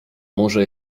może